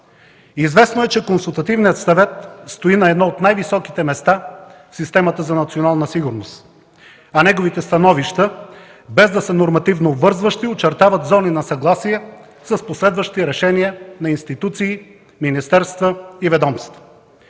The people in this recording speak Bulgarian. Известно е, че Консултативният съвет стои на едно от най-високите места в системата за национална сигурност, а неговите становища, без да са нормативно обвързващи, очертават зони на съгласие с последващи решения на институции, министерства и ведомства.